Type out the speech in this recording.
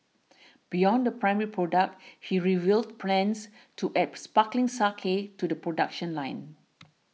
beyond the primary product he revealed plans to add sparkling sake to the production line